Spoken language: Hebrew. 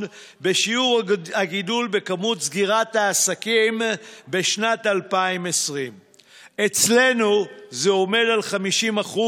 בשיעור הגידול בסגירת העסקים בשנת 2020. אצלנו זה עומד על 50%,